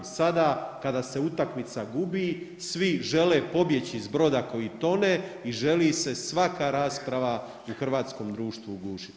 Sada kada se utakmica gubi svi žele pobjeći sa broda koji tone i želi se svaka rasprava u hrvatskom društvu ugušiti.